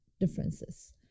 differences